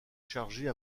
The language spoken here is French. chargées